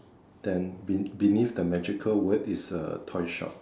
then be~ beneath the magical word is toy shop